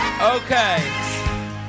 Okay